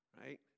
right